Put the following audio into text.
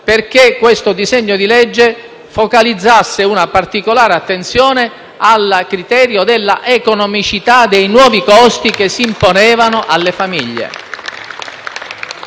perché si focalizzasse una particolare attenzione al criterio della economicità dei nuovi costi che si imponevano alle famiglie.